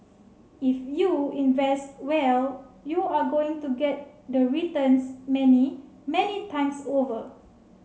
if you invest well you're going to get the returns many many times over